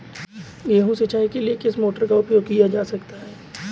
गेहूँ सिंचाई के लिए किस मोटर का उपयोग किया जा सकता है?